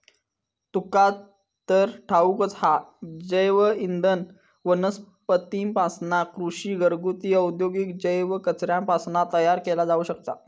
तुका तर ठाऊकच हा, जैवइंधन वनस्पतींपासना, कृषी, घरगुती, औद्योगिक जैव कचऱ्यापासना तयार केला जाऊ शकता